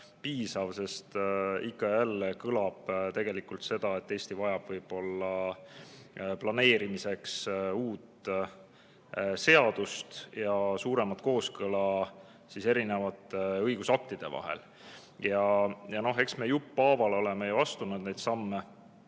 piisav, sest ikka ja jälle kõlab tegelikult see, et Eesti vajab planeerimiseks uut seadust ja suuremat kooskõla eri õigusaktide vahel. No eks me jupphaaval oleme ju astunud neid samme.